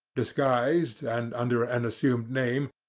disguised, and under an assumed name,